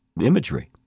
imagery